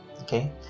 Okay